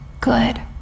good